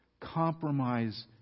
compromise